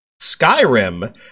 Skyrim